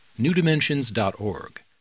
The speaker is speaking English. newdimensions.org